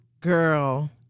girl